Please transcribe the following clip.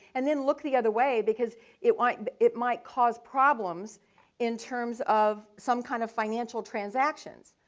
and then look the other way because it might it might cause problems in terms of some kind of financial transactions.